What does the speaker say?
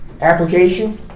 Application